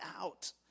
out